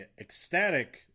ecstatic